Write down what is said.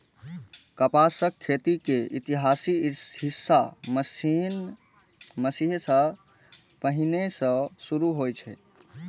कपासक खेती के इतिहास ईशा मसीह सं पहिने सं शुरू होइ छै